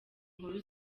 inkuru